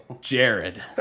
Jared